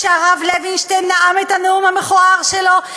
כשהרב לוינשטיין נאם את הנאום המכוער שלו?